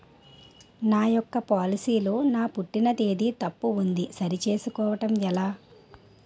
నా యెక్క పోలసీ లో నా పుట్టిన తేదీ తప్పు ఉంది సరి చేసుకోవడం ఎలా?